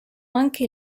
anche